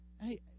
hey